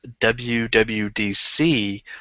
WWDC